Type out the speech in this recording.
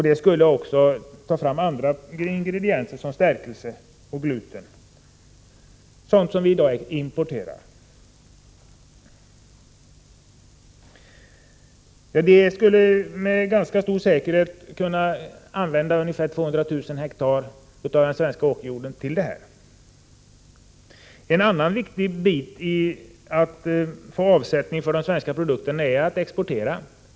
Det skulle också ge andra ingredienser, såsom stärkelse och gluten, som vi i dag importerar. Vi skulle med ganska stor säkerhet kunna använda 200 000 ha av den svenska åkerjorden till detta ändamål. Ett annat viktigt inslag när det gäller att få avsättning för de svenska produkterna är export.